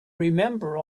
remember